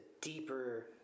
deeper